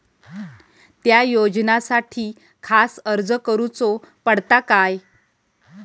त्या योजनासाठी खास अर्ज करूचो पडता काय?